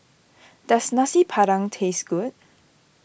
does Nasi Padang taste good